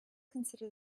consider